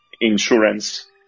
insurance